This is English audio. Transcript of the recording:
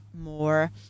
more